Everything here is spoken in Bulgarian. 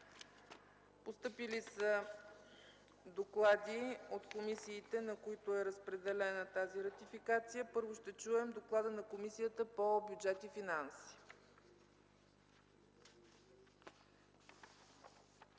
Постъпили са доклади от комисиите, на които е разпределена тази ратификация. Първо, ще чуем доклада на Комисията по бюджет и финанси.